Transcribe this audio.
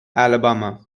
alabama